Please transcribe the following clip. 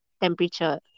temperature